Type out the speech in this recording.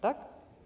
Tak?